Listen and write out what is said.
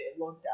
lockdown